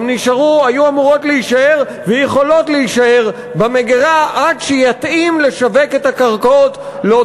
הן היו אמורות להישאר ויכולות להישאר במגירה עד שיתאים לאותו